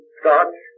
scotch